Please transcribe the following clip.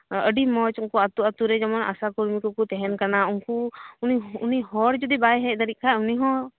ᱟᱹᱰᱤ ᱢᱚᱸᱡᱽ ᱩᱱᱠᱩ ᱟᱹᱛᱩ ᱟᱛᱨᱮ ᱡᱮᱢᱚᱱ ᱟᱥᱟ ᱠᱚᱨᱢᱤ ᱠᱚ ᱠᱚ ᱛᱟᱦᱮᱸᱱ ᱠᱟᱱᱟ ᱩᱱᱠᱩ ᱩᱱᱤ ᱩᱱᱤ ᱦᱚᱲ ᱡᱩᱫᱤ ᱵᱟᱭ ᱦᱮᱡ ᱫᱟᱲᱮᱭᱟᱜ ᱠᱷᱟᱡ ᱩᱱᱤ ᱦᱚᱸ